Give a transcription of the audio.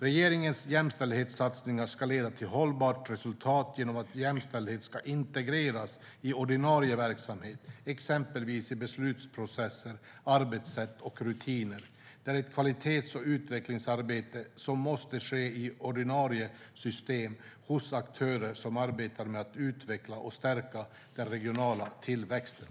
Regeringens jämställdhetssatsningar ska leda till hållbara resultat genom att jämställdhet ska integreras i ordinarie verksamhet, exempelvis i beslutsprocesser, arbetssätt och rutiner. Det är ett kvalitets och utvecklingsarbete som måste ske i ordinarie system hos aktörer som arbetar med att utveckla och stärka den regionala tillväxten.